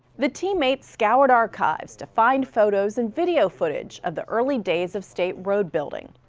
the teammates scoured archives to find photos and video footage of the early days of state road building.